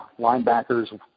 linebackers